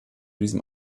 diesem